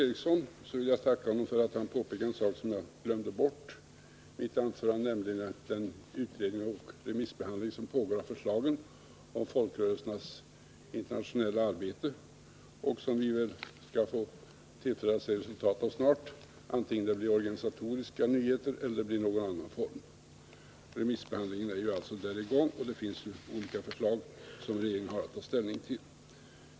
Jag vill tacka Sture Ericson för att han påpekade en sak som jag glömde bort i mitt anförande, nämligen att en remissbehandling av utredningsförslagen om folkrörelsernas internationella arbete pågår. Vi skall väl få tillfälle att se resultatet av den snart — vare sig det blir i form av organisatoriska nyheter eller i någon annan form. Remissbehandling pågår alltså, och det finns olika förslag som regeringen har att ta ställning till.